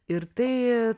ir tai